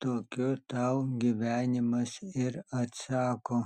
tokiu tau gyvenimas ir atsako